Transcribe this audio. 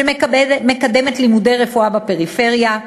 שמקדמת לימודי רפואה בפריפריה,